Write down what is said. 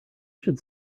should